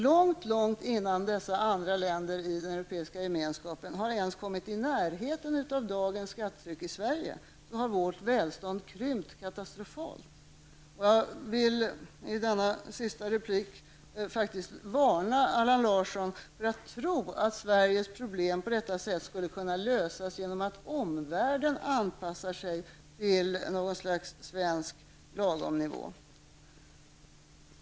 Långt innan dessa andra länder i den europeiska gemenskapen ens har kommit i närheten av dagens skattetryck i Sverige, har vårt välstånd krympt katastrofalt. Jag vill i detta sista inlägg varna Allan Larsson för att tro att Sveriges problem på detta sätt skulle kunna lösas genom att omvärlden anpassar sig till något slags svensk lagomnivå.